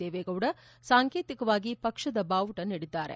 ದೇವೇಗೌಡ ಸಾಂಕೇತಿಕವಾಗಿ ಪಕ್ಷದ ಬಾವುಟ ನೀಡಿದ್ದಾರೆ